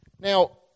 Now